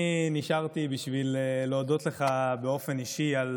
אני נשארתי בשביל להודות לך באופן אישי על